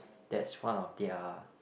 that's one of their